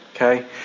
Okay